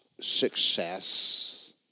success